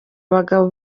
abagabo